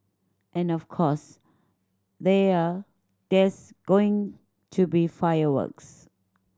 and of course they are there's going to be fireworks